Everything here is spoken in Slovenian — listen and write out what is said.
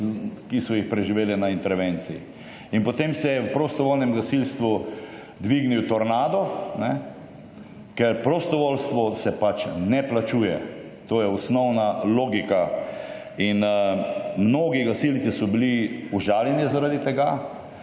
ki so jih preživeli na intervenciji in potem se je v prostovoljnem gasilstvu dvignil tornado, ker prostovoljstvo se pač ne plačuje. To je osnovna logika. Mnogi gasilci so bili užaljeni, zaradi tega.